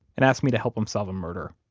and asked me to help him solve a murder